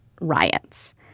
riots